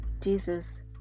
Jesus